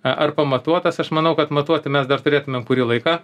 ar pamatuotas aš manau kad matuoti mes dar turėtumėm kurį laiką